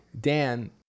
Dan